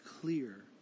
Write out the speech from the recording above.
clear